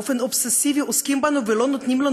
באופן אובססיבי עוסקים בנו ולא נותנים לנו